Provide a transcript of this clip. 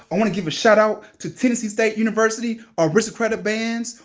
i wanna give a shout out to tennessee state university, aristocratic bands,